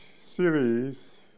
series